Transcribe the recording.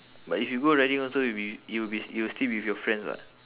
but if you go riding also you'll be you'll be you'll still be with your friends [what]